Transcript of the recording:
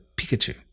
Pikachu